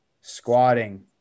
Squatting